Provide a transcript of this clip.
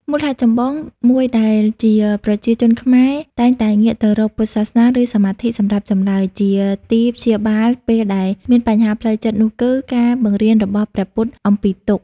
មូលហេតុចម្បងមួយដែរជាប្រជាជនខ្មែរ តែងតែ ងាកទៅរកពុទ្ធសាសនាឬសមាធិសម្រាប់ចម្លើយ ជាទីព្យាបាលពេលដែលមានបញ្ហាផ្លូវចិត្តនោះគឺ ការបង្រៀនរបស់ព្រះពុទ្ធអំពីទុក្ខ ។